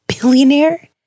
billionaire